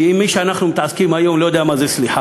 כי מי שאתו אנחנו מתעסקים היום לא יודע מה זה סליחה.